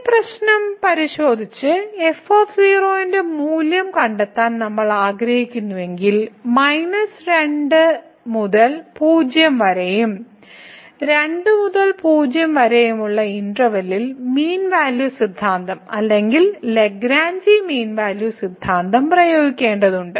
ഈ പ്രശ്നം പരിശോധിച്ച് f ന്റെ മൂല്യം കണ്ടെത്താൻ നമ്മൾ ആഗ്രഹിക്കുന്നുവെങ്കിൽ 2 മുതൽ 0 വരെയും 2 മുതൽ 0 വരെയുമുള്ള ഇന്റെർവെല്ലിൽ മീൻ വാല്യൂ സിദ്ധാന്തം അല്ലെങ്കിൽ ലഗ്രാഞ്ചി മീൻ വാല്യൂ സിദ്ധാന്തം പ്രയോഗിക്കേണ്ടതുണ്ട്